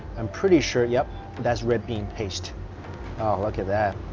i'm pretty sure yep that's red bean paste. oh look at that